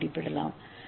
ஏவைக் குறிக்கலாம்